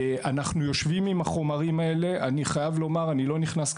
אני לא נכנס,